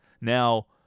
Now